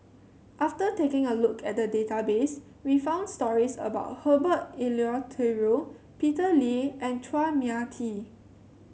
after taking a look at the database we found stories about Herbert Eleuterio Peter Lee and Chua Mia Tee